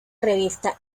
revista